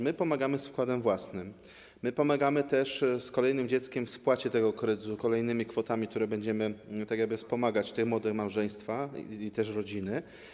My pomagamy z wkładem własnym, my pomagamy też z kolejnym dzieckiem w spłacie tego kredytu kolejnymi kwotami, którymi będziemy tak jakby wspomagać młode małżeństwa i rodziny.